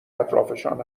اطرافشان